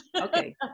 okay